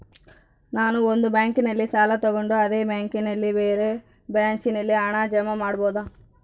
ನಾನು ಒಂದು ಬ್ಯಾಂಕಿನಲ್ಲಿ ಸಾಲ ತಗೊಂಡು ಅದೇ ಬ್ಯಾಂಕಿನ ಬೇರೆ ಬ್ರಾಂಚಿನಲ್ಲಿ ಹಣ ಜಮಾ ಮಾಡಬೋದ?